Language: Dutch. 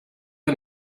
een